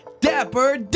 Dapper